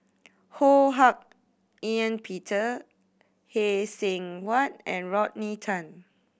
Ho Hak Ean Peter Phay Seng Whatt and Rodney Tan